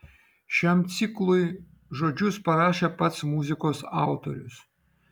šiam ciklui žodžius parašė pats muzikos autorius